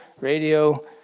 radio